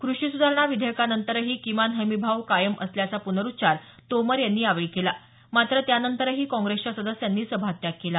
कृषी सुधारणा विधेयकानंतरही किमान हमीभाव कायम असल्याचा पुनरुच्चार यावेळी तोमर यांनी केला मात्र त्यानंतरही काँग्रेसच्या सदस्यांनी सभात्याग केला